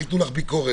ייתנו לך ביקורת.